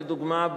לדוגמה,